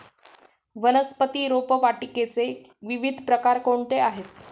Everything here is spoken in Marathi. वनस्पती रोपवाटिकेचे विविध प्रकार कोणते आहेत?